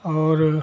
और